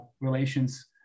relations